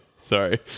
Sorry